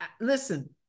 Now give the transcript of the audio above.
Listen